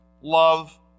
love